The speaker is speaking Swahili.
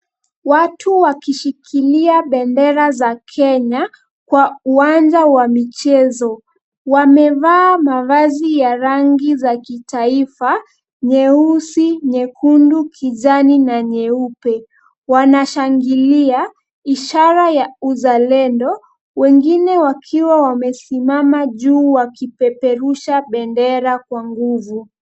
Watu wakishikilia bendera za Kenya, kwa uwanja wa michezo. Wamevaa mavazi ya rangi za kitaifa nyeusi, nyekundu, kijani na nyeupe. Wanashangilia, ishara ya uzalendo. Wengine wakiwa wamesimama juu wakipeperusha bendera kwa nguvu.